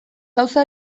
gauza